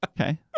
Okay